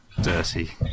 dirty